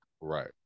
Right